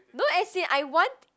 no as in I want